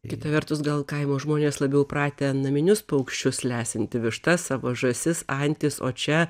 kita vertus gal kaimo žmonės labiau pratę naminius paukščius lesinti vištas savo žąsis antis o čia